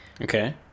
Okay